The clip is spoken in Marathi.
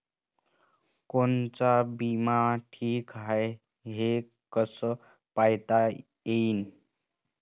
कोनचा बिमा ठीक हाय, हे कस पायता येईन?